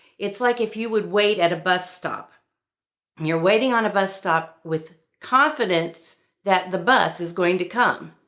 it's like if you would wait at a bus stop. and you're waiting on a bus stop with confidence that the bus is going to come.